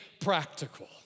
practical